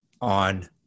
on